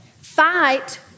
Fight